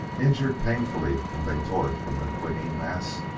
injured painfully when they tore it from the clinging mass,